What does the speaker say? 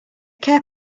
care